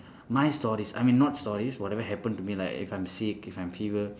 my stories I mean not stories whatever happen to me right if I'm sick if I'm fever